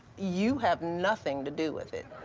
you have nothing to do with it.